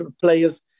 players